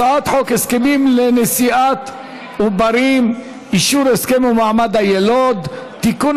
הצעת חוק הסכמים לנשיאת עוברים (אישור הסכם ומעמד היילוד) (תיקון,